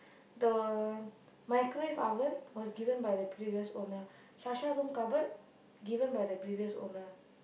the microwave oven was given by the previous owner Sasha room cupboard given by the previous owner